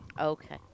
Okay